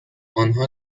آنها